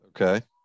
Okay